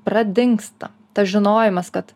pradingsta tas žinojimas kad